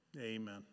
amen